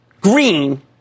green